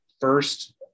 first